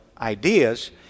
ideas